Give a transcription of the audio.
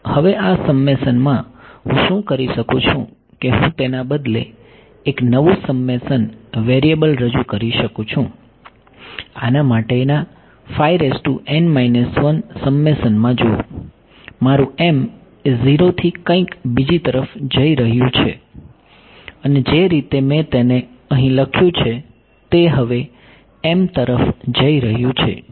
હવે આ સમ્મેશનમાં હું શું કરી શકું છું કે હું તેના બદલે એક નવું સમ્મેશન વેરીએબલ રજૂ કરી શકું છું આના માટેના સમ્મેશનમાં જુઓ મારું m એ 0 થી કંઈક બીજી તરફ જઈ રહ્યું છે અને જે રીતે મેં તેને અહીં લખ્યું છે તે હવે m તરફ જઈ રહ્યું છે